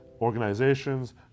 organizations